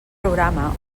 programa